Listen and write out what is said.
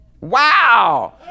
Wow